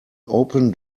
open